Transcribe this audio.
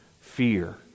fear